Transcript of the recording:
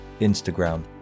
Instagram